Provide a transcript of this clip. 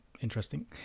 interesting